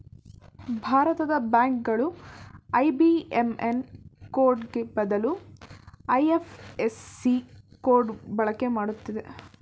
ಭಾರತದ ಬ್ಯಾಂಕ್ ಗಳು ಐ.ಬಿ.ಎಂ.ಎನ್ ಕೋಡ್ಗೆ ಬದಲು ಐ.ಎಫ್.ಎಸ್.ಸಿ ಕೋಡ್ ಬಳಕೆ ಮಾಡುತ್ತಿದೆ